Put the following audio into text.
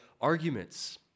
arguments